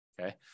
Okay